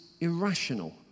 irrational